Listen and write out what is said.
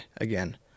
again